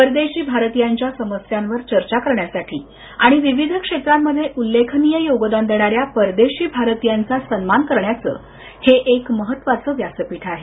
परदेशी भारतीयांच्या समस्यांवर चर्चा करण्यासाठी आणि विविध क्षेत्रांमध्ये उललेखनीय योगदान देणाऱ्या परदेशी भारतीयांचा सन्मान करण्याचं हे एक महत्त्वाचं व्यासपीठ आहे